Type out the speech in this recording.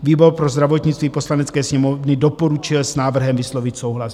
Výbor pro zdravotnictví Poslanecké sněmovny doporučil s návrhem vyslovit souhlas.